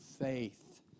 faith